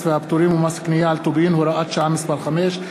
והפטורים ומס קנייה על טובין (הוראת שעה מס' 5),